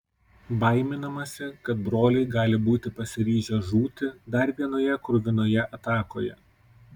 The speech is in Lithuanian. baiminamasi kad broliai gali būti pasiryžę žūti dar vienoje kruvinoje atakoje